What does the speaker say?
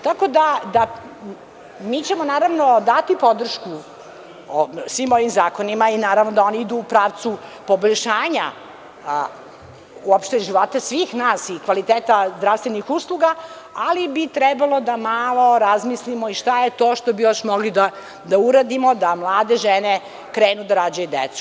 Tako da, mi ćemo, naravno dati podršku svim ovim zakonima i naravno oni idu u pravcu poboljšanja uopšte života svih nas i kvaliteta zdravstvenih usluga, ali bi trebalo da malo razmislimo i šta je to što bi još mogli da uradimo da mlade žene krenu da rađaju decu.